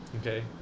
Okay